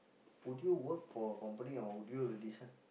would you work for a company or would you